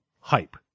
hype